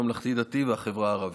ממלכתי-דתי והחברה הערבית.